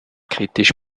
kritisch